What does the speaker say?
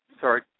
sorry